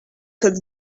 comme